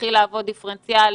להתחיל לעבוד דיפרנציאלית,